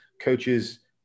coaches